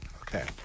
Okay